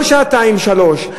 ולא שעתיים-שלוש.